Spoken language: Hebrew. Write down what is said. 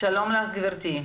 במשרד הבריאות